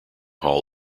hall